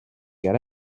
get